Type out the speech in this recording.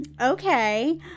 Okay